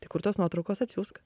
tai kur tos nuotraukos atsiųsk